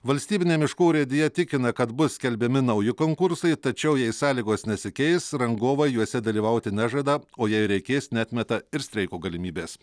valstybinė miškų urėdija tikina kad bus skelbiami nauji konkursai tačiau jei sąlygos nesikeis rangovai juose dalyvauti nežada o jei reikės neatmeta ir streiko galimybės